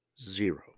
Zero